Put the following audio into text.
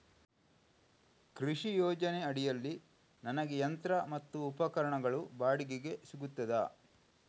ಕೃಷಿ ಯೋಜನೆ ಅಡಿಯಲ್ಲಿ ನನಗೆ ಯಂತ್ರ ಮತ್ತು ಉಪಕರಣಗಳು ಬಾಡಿಗೆಗೆ ಸಿಗುತ್ತದಾ?